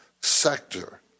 sector